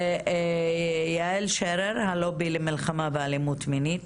יעל שרר, הלובי למלחמה באלימות מינית.